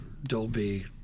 Dolby